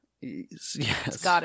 Yes